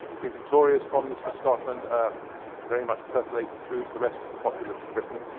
queen victoria's fondness for scotland very much percolates through to the rest of the populace of brittain.